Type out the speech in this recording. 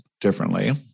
differently